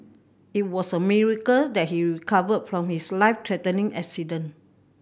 it was a miracle that he recovered from his life threatening accident